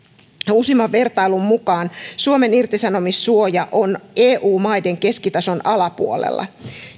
uusimman vertailun mukaan suomen irtisanomissuoja on eu maiden keskitason alapuolella